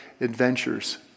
adventures